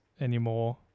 anymore